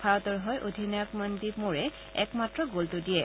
ভাৰতৰ হৈ অধিনায়ক মনদ্বীপ মোৰে একমাত্ৰ গলটো দিয়ে